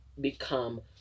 become